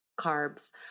Carbs